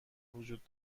وجود